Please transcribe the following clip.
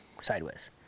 sideways